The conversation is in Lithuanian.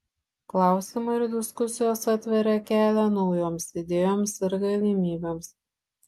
klausimai ir diskusijos atveria kelią naujoms idėjoms ir galimybėms